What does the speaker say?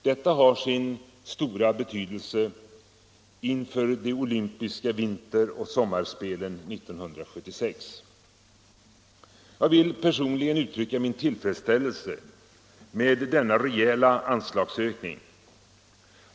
Detta har sin stora betydelse inför de olympiska vinteroch sommarspelen 1976. Jag vill personligen uttrycka min tillfredsställelse med denna rejäla anslagsökning.